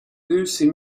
lucy